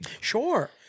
Sure